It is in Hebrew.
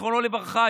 זיכרונו לברכה,